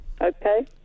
Okay